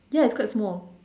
ya it's quite small